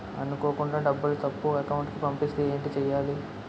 అనుకోకుండా డబ్బులు తప్పు అకౌంట్ కి పంపిస్తే ఏంటి చెయ్యాలి?